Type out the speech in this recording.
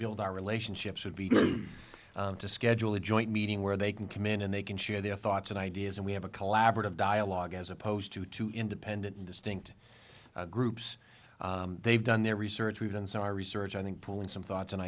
build our relationships would be to schedule a joint meeting where they can come in and they can share their thoughts and ideas and we have a collaborative dialogue as opposed to two independent distinct groups they've done their research we've done so our research i think pulling some thoughts and